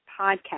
podcast